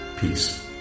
peace